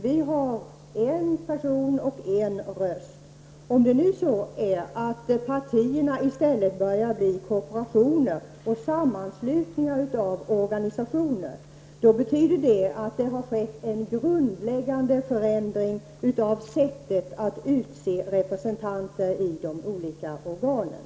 Vi tillämpar principen ''en person och en röst''. Om nu partierna i stället börjar bli korporationer och sammanslutningar av organisationer, då betyder det att det har skett en grundläggande förändring av sättet att utse representanter i de olika organen.